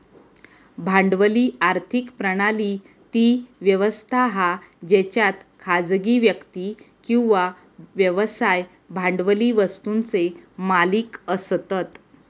भांडवली आर्थिक प्रणाली ती व्यवस्था हा जेच्यात खासगी व्यक्ती किंवा व्यवसाय भांडवली वस्तुंचे मालिक असतत